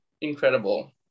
incredible